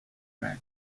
drug